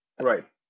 right